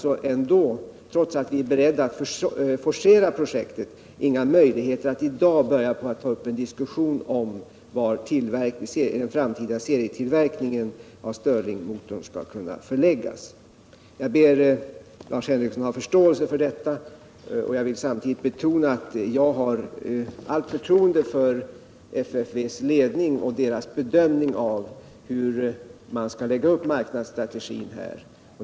Linköping Trots att vi är beredda att forcera projektet finns det inga möjligheter att i dag ta upp en diskussion om var en framtida serietillverkning av Stirlingmotorn skall förläggas. Jag ber Lars Henrikson ha förståelse för detta, samtidigt som jag vill betona att jag har allt förtroende för FFV:s ledning och dess bedömning av hur man skall lägga upp marknadsstrategin här.